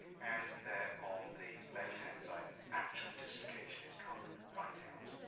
and there on the left-hand side, an actual dislocation. it's come right out.